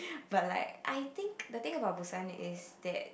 but like I think the thing about Busan is that